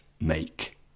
make